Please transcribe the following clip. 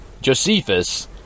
Josephus